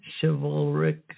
Chivalric